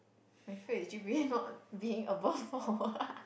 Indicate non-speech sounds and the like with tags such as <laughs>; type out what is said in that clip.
my fear is G_P_A not being above four <laughs>